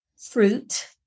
fruit